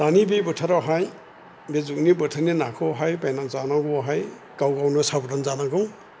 दानि बे बोथोरावहाय बे जुगनि बोथोरनि नाखौहाय बायनानै जानांगौआवहाय गाव गावनो साबधान जानांगौ